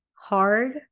hard